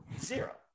Zero